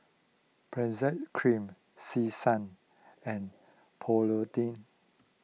Benzac Cream Selsun and Polident